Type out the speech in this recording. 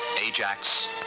Ajax